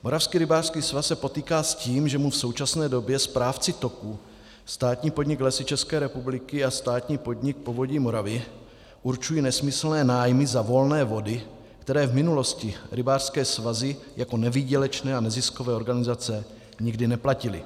Moravský rybářský svaz se potýká s tím, že mu v současné době správci toku státní podnik Lesy ČR a státní podnik Povodí Moravy účtují nesmyslné nájmy za volné vody, které v minulosti rybářské svazy jako nevýdělečné a neziskové organizace nikdy neplatily.